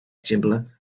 exemple